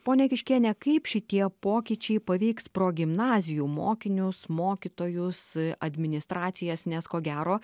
ponia kiškiene kaip šitie pokyčiai paveiks progimnazijų mokinius mokytojus administracijas nes ko gero